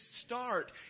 start